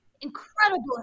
Incredible